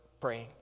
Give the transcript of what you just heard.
praying